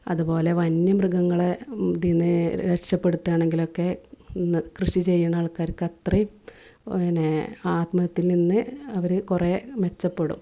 അതുപോലെ വന്യമൃഗങ്ങളെ ഇതിൽ നിന്ന് രക്ഷപ്പെടുത്തുകയാണെങ്കിൽ ഒക്കെ ഇന്ന് കൃഷി ചെയ്യണ ആൾക്കാർക്ക് അത്രയും പിന്നെ ആത്മഹത്യയിൽ നിന്ന് അവർ കുറേ മെച്ചപ്പെടും